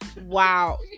Wow